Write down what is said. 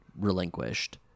relinquished